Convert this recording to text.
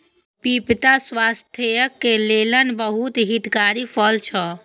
पपीता स्वास्थ्यक लेल बहुत हितकारी फल छै